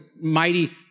mighty